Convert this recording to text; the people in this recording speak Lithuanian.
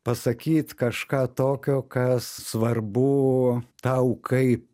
pasakyt kažką tokio kas svarbu tau kaip